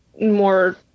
more